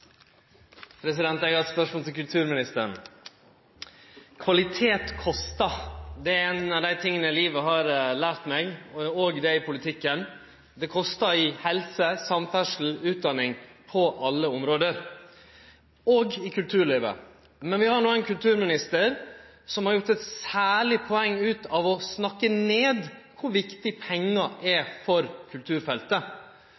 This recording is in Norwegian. tinga livet har lært meg, òg åra i politikken. Kvalitet kostar i helse, i samferdsel, i utdanning – på alle område, òg i kulturlivet. Vi har no ein kulturminister som har gjort eit særleg poeng av å snakke ned kor viktig